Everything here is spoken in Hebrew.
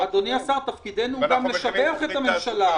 תפקידנו גם לשבח את הממשלה.